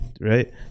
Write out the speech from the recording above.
right